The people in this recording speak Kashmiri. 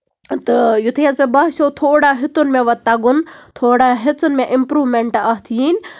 تہٕ یِتھُے حظ مےٚ باسیو تھوڑا ہیٚوتُن مےٚ وۄنۍ تَگُن تھوڑا ہیٚژٕنۍ مےٚ اِپروٗمیٚنٹ اَتھ یِنۍ